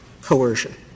coercion